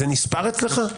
זה נספר אצלך?